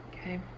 Okay